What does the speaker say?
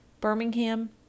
Birmingham